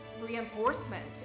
reinforcement